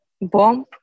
bomb